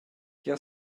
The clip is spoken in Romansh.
jeu